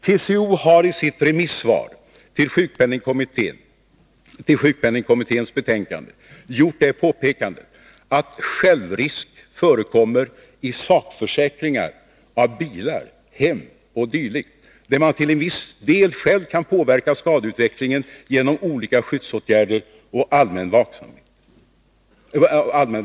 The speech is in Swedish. TCO har i sitt remissvar till sjukpenningkommitténs betänkande gjort det påpekandet, att ”självrisk” förekommer i sakförsäkringar av bilar, hem o. d., där man till viss del själv kan påverka skadeutvecklingen genom olika skyddsåtgärder och allmän varsamhet.